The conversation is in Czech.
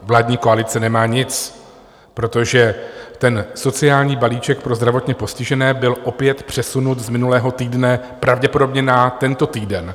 Vládní koalice nemá nic, protože sociální balíček pro zdravotně postižené byl opět přesunut z minulého týdne pravděpodobně na tento týden.